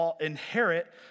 inherit